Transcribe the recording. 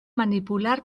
manipular